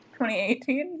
2018